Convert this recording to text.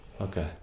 Okay